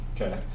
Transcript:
Okay